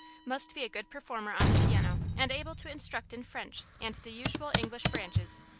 must be a good performer on the piano, and able to instruct in french and the usual english branches.